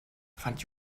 fand